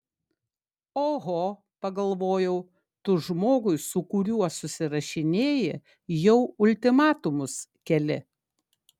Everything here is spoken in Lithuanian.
oho pagalvojau tu žmogui su kuriuo susirašinėji jau ultimatumus keli